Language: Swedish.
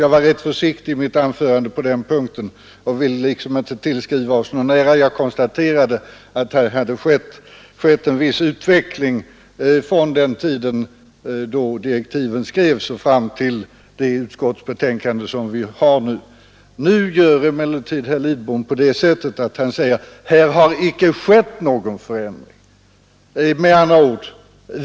Jag var i mitt anförande rätt försiktig på den punkten och ville liksom inte tillskriva oss någon ära. Jag konstaterade att här hade skett en viss utveckling från den tid då direktiven skrevs fram till det utskottsbetänkande som vi nu behandlar. Nu säger herr Lidbom att det inte har skett någon förändring.